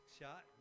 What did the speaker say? shot